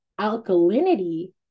alkalinity